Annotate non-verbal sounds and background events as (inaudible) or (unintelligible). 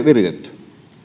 (unintelligible) viritetty